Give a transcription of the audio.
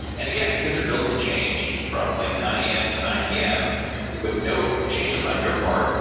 and again, because your build can change from like nine am to nine pm with no changes on your part,